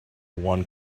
one